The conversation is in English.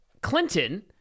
Clinton